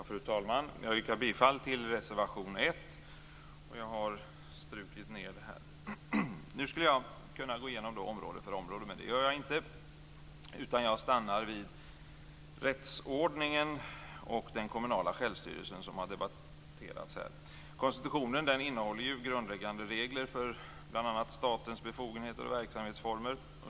Fru talman! Jag yrkar bifall till reservation 1. Nu skulle jag kunna gå igenom område efter område, men det gör jag inte. Jag stannar vid rättsordningen och den kommunala självstyrelsen. Konstitutionen innehåller grundläggande regler för bl.a. statens befogenheter och verksamhetsformer.